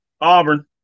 Auburn